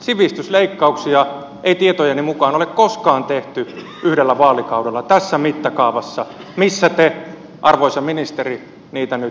sivistysleikkauksia ei tietojeni mukaan ole koskaan tehty yhdellä vaalikaudella tässä mittakaavassa missä te arvoisa ministeri niitä nyt toteutatte